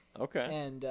Okay